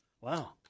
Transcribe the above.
Wow